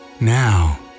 Now